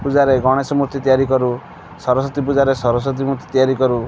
ପୂଜାରେ ଗଣେଶ ମୂର୍ତ୍ତି ତିଆରି କରୁ ସରସ୍ଵତୀ ପୂଜାରେ ସରସ୍ଵତୀ ମୂର୍ତ୍ତି ତିଆରି କରୁ